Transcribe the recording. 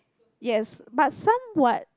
yes but somewhat